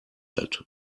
alt